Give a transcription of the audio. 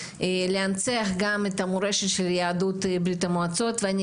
להנציח גם את המורשת של יהדות ברית המועצות ואני